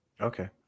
Okay